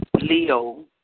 Leo